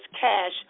cash